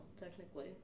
Technically